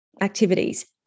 activities